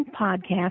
podcast